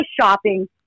shopping